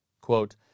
Quote